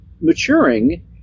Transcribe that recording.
maturing